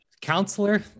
Counselor